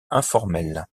informelle